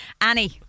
Annie